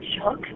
shock